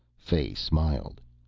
fay smiled.